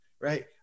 right